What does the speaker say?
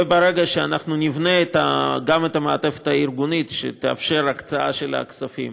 וברגע שאנחנו גם נבנה את המעטפת הארגונית שתאפשר הקצאה של הכספים,